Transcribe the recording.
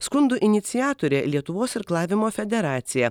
skundų iniciatorė lietuvos irklavimo federacija